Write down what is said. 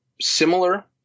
similar –